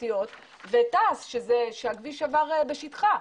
ותע"ש שהכביש עבר בשטחה.